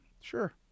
Sure